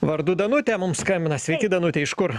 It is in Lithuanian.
vardu danutė mums skambina sveiki danute iš kur